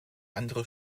andere